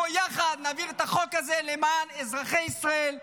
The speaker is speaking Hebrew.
בוא נעביר יחד את החוק הזה למען אזרחי ישראל,